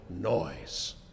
noise